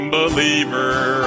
believer